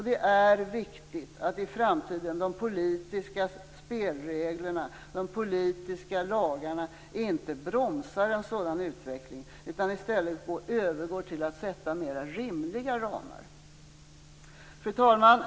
Det är viktigt att de politiska spelreglerna, de politiska lagarna, i framtiden inte bromsar en sådan utveckling utan i stället övergår till att sätta mer rimliga ramar. Fru talman!